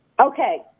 Okay